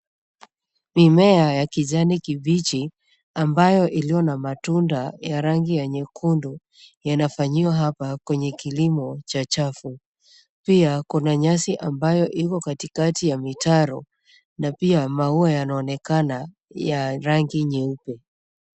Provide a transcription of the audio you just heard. Mimea ya kijani kibichi ambayo iliyo na matunda ya rangi ya nyekundu yanafanyiwa hapa kwenye kilimo cha chafu pia kuna nyasi ambaye iko kati kati ya mitaro na pia maua yanaonekana ya rangi nyeupe.